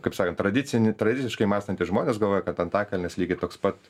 kaip sakant tradicinį tradiciškai mąstantys žmonės galvoja kad antakalnis lygiai toks pat